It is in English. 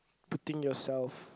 putting yourself